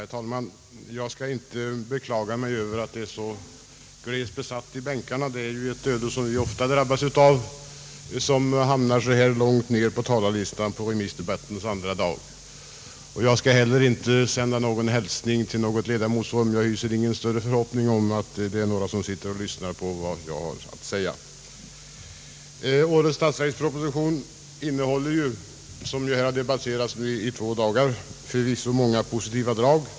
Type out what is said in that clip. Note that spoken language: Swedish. Herr talman! Jag skall inte beklaga mig över att det är så glest besatt i bänkarna. Det är ett öde som vi ofta drabhas av som hamnar så här långt ner på talarlistan på remissdebattens andra dag. Jag skall inte heller sända någon hälsning till något ledamotsrum. Jag hyser ingen större förhoppnnig om att det är några som sitter och lyssnar på vad jag har att säga. Årets statsverkspropositionen innehåller — vilket här har debatterats i två dagar — förvisso många positiva drag.